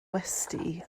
westy